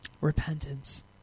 Repentance